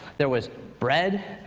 there was bread,